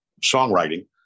songwriting